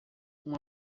uma